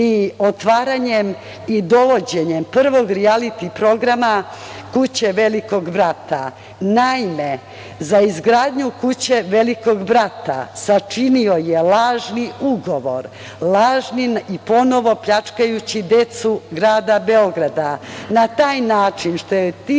ni otvaranjem i dovođenjem prvog rijaliti programa kuće „Velikog brata“. Naime, za izgradnju kuće „Velikog brata“ sačinio je lažni ugovor i ponovo pljačkajući decu grada Beograda, na taj način što je tim